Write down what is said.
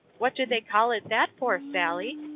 what do they call it that for, sally?